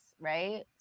right